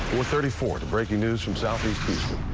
for thirty four to breaking news. from south.